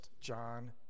John